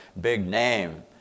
big-name